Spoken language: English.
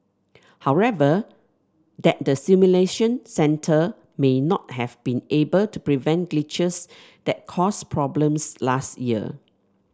however that the simulation centre may not have been able to prevent glitches that caused problems last year